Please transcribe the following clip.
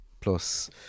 plus